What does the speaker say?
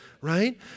right